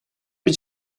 bir